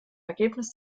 ergebnis